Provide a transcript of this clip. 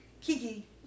Kiki